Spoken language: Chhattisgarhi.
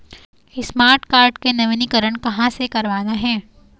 स्मार्ट कारड के नवीनीकरण कहां से करवाना हे?